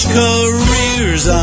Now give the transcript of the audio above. careers